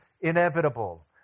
inevitable